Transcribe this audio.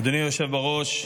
אדוני היושב בראש,